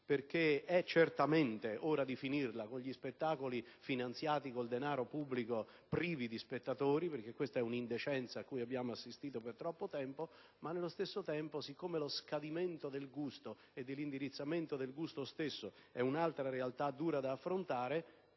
è certamente ora di finirla con gli spettacoli finanziati col denaro pubblico privi di spettatori, perché questa è un'indecenza a cui abbiamo assistito per troppo tempo, ma, nello stesso tempo, poiché lo scadimento del gusto e l'orientamento del gusto stesso è un'altra realtà dura da affrontare,